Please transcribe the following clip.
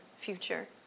future